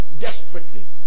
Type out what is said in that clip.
desperately